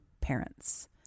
parents